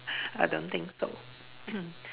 I don't think so